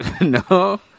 No